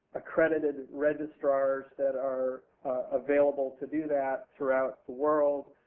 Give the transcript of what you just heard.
accredited registrars that are available to do that throughout the world.